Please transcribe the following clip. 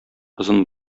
озын